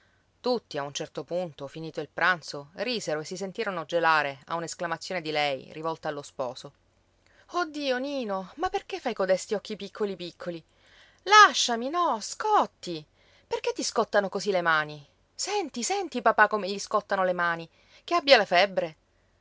un certo punto finito il pranzo risero e si sentirono gelare a un'esclamazione di lei rivolta allo sposo oh dio nino ma perché fai codesti occhi piccoli piccoli lasciami no scotti perché ti scottano così le mani senti senti papà come gli scottano le mani che abbia la febbre